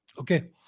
Okay